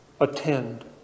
attend